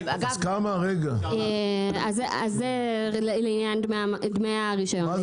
אז זה לעניין דמי הרישיון.